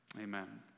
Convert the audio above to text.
amen